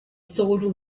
sold